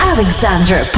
Alexander